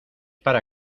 para